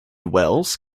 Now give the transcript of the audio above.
wells